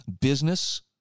Business